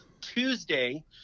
Tuesday